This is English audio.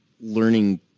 learning